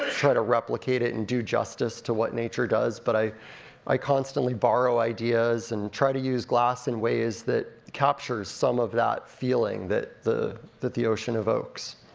try to replicate it and do justice to what nature does, but i i constantly borrow ideas, and try to use glass in ways that captures some of that feeling that the that the ocean evokes.